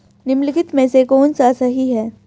निम्नलिखित में से कौन सा सही है?